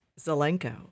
Zelenko